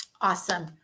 Awesome